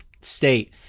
state